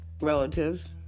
relatives